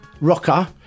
Rocker